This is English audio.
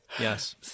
Yes